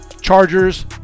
Chargers